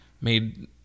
made